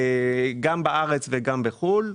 גם בארץ וגם בחו"ל.